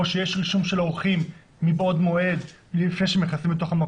או שיש רישום של אורחים מבעוד מועד לפני שהם נכנסים אל תוך המקום,